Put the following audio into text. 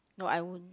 no I won't